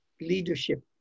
leadership